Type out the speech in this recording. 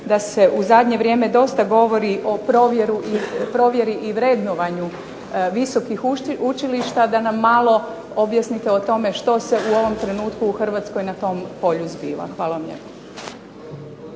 da se zadnje vrijeme dosta govori o provjeri i vrednovanju visokih učilišta da nam malo objasnite o tome što se u ovom trenutku u Hrvatskoj na tom polju zbiva. Hvala